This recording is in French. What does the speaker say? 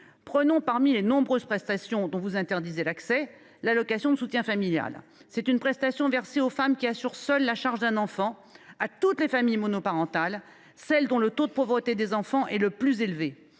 exemple, parmi les nombreuses prestations dont vous interdisez l’accès : l’allocation de soutien familial (ASF). Il s’agit d’une prestation versée aux femmes qui assument seules la charge d’un enfant, à toutes les familles monoparentales, celles dont le taux de pauvreté des enfants est le plus élevé.